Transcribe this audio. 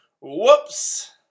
Whoops